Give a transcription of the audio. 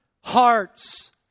hearts